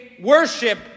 worship